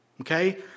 Okay